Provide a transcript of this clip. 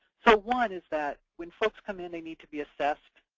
so, one is that when folks come in, they need to be assessed.